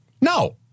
No